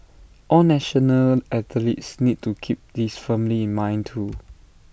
all national athletes need to keep this firmly in mind too